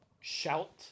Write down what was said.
Shout